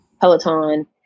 peloton